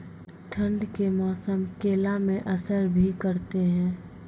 ठंड के मौसम केला मैं असर भी करते हैं?